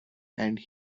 and